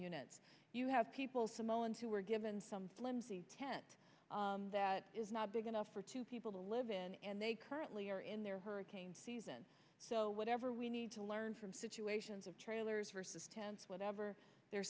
units you have people samoans who were given some flimsy tent that is not big enough for two people to live in and they currently are in their hurricane season so whatever we need to learn from situations of trailers versus tents whatever the